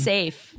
Safe